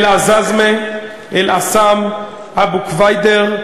אל-עזאזמה, אל-אעסם, אבו-קוידר,